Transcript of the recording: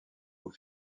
aux